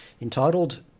entitled